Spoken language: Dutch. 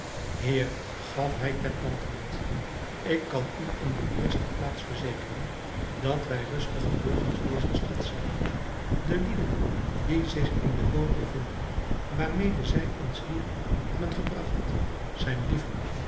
heer gaf hij ten antwoord ik kan u in de eerste plaats verzekeren dat wij rustige burgers dezer stad zijn de lieden die zich in de boot bevinden waarmede zij ons hier hebben gebragt zijn dieven